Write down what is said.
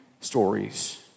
stories